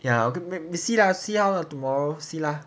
ya make see lah see how tomorrow see lah